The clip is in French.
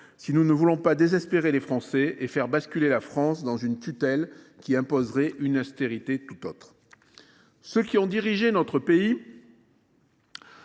si nous ne voulons pas désespérer les Français et faire basculer la France dans une tutelle qui imposerait une austérité d’une tout autre ampleur. Ceux qui ont dirigé notre pays